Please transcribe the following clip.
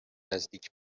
نزدیک